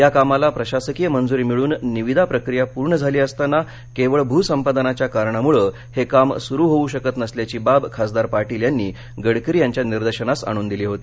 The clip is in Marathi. या कामाला प्रशासकीय मंजूरी मिळून निविदा प्रक्रीया पूर्ण झाली असताना केवळ भूसंपादनाच्या कारणामुळे हे काम सुरू होवू शकत नसल्याची बाब खासदार पाटील यांनी गडकरी यांच्या निदर्शनास आणून दिली होती